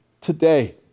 Today